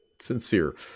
sincere